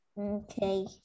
okay